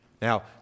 Now